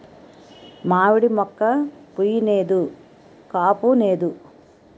మావిడి మోక్క పుయ్ నేదు కాపూనేదు